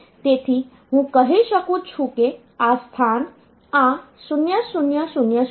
તેથી હું કહી શકું છું કે આ સ્થાન આ 0000 બધા 0 છે